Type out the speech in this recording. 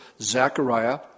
Zechariah